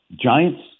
Giants